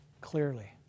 clearly